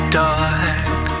dark